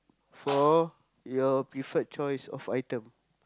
for your preferred choice of item